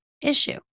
issue